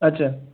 अच्छा